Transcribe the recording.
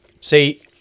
See